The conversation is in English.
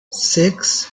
six